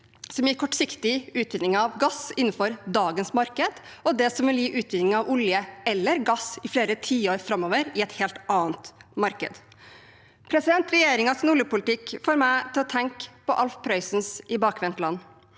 som gir kortsiktig utvinning av gass innenfor dagens marked, og det som vil gi utvinning av olje eller gass i flere tiår framover, i et helt annet marked. Regjeringens oljepolitikk får meg til å tenke på Alf Prøysens I bakvendtland,